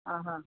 हा हा